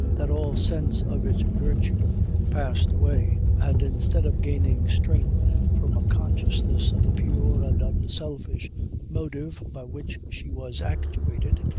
that all sense of its virtue passed away and instead of gaining strength from a consciousness of the pure and unselfish motive by which she was actuated,